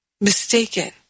mistaken